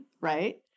right